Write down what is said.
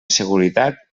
seguretat